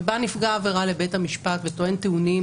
ובא נפגע העבירה לבית המשפט וטוען טיעונים